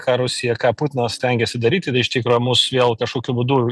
ką rusija ką putinas stengiasi daryti tai iš tikro mus vėl kažkokiu būdu